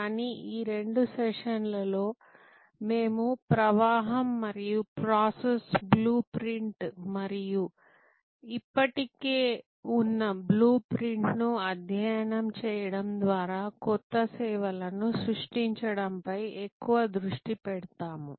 కానీ ఈ రెండు సెషన్లలో మేము ప్రవాహం మరియు ప్రాసెస్ బ్లూ ప్రింట్ మరియు ఇప్పటికే ఉన్న బ్లూ ప్రింట్ల ను అధ్యయనం చేయడం ద్వారా కొత్త సేవలను సృష్టించడంపై ఎక్కువ దృష్టి పెడతాము